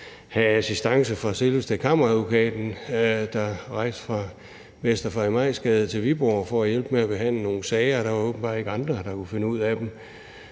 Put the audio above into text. have assistance fra selveste Kammeradvokaten, hvor en ansat rejste fra Vester Farimagsgade i København til Viborg for at hjælpe med at behandle nogle sager. Der var åbenbart ikke andre, der kunne finde ud af det,